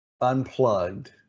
unplugged